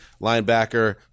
linebacker